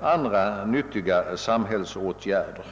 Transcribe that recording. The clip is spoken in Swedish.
och andra nyttiga samhällsåtgärder.